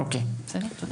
תודה.